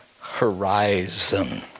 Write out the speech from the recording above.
horizon